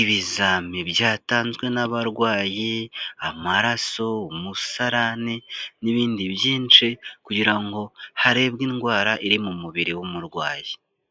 ibizami byatanzwe n'abarwaye, amaraso, umusarani, n'ibindi byinshi kugira ngo harebwe indwara iri mu mubiri w'umurwayi.